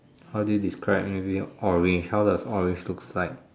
how do you describe maybe orange how does orange looks like